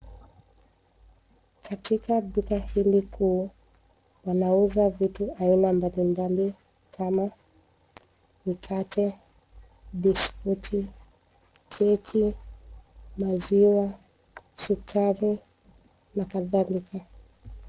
Katika duka hili kuu, wanauza vitu aina mbalimbali kama mikate, biskuti, keki, maziwa, sukari na kadhalika.